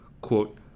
quote